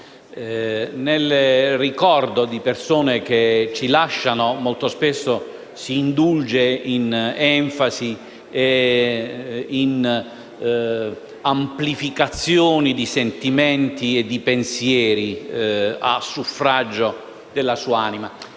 Nel ricordo di persone che ci lasciano molto spesso si indulge in enfasi e in amplificazioni di sentimenti e di pensieri a suffragio della sua anima.